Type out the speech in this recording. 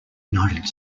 united